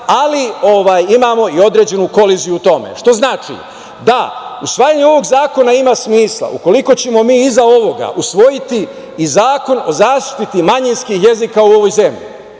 ali imamo i određenu koliziju u tome. Što znači da usvajanje ovog zakona ima smisla ukoliko ćemo mi iza ovoga usvojiti i zakon o zaštiti manjinskih jezika u ovoj zemlji.